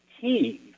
team